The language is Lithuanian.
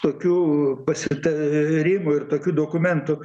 tokių pasitarimų ir tokių dokumentų